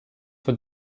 for